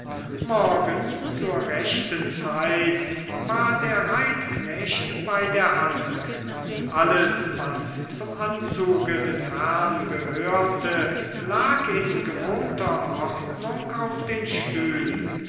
morgens zur rechten zeit war der reitknecht bei der hand alles was zum anzuge des herrn gehörte lag in gewohnter ordnung auf den stühlen